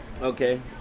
Okay